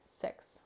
six